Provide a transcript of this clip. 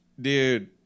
Dude